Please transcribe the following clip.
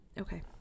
okay